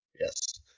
Yes